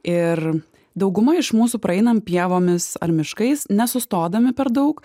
ir dauguma iš mūsų praeinam pievomis ar miškais nesustodami per daug